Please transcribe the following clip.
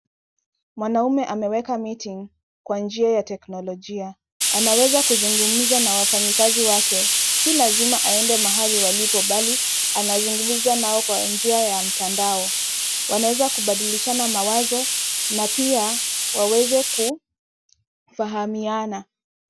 Mwanaume ameweka meeting kwa njia ya teknolojia. Anaweza kuzungumza na wafanyikazi wake. Si lazima aende mahali walipo bali anazungumza nao kwa njia ya mtandao. Wanaweza kubadilishana mawazo na pia waweze kufahamiana.